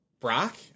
Brock